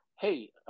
hey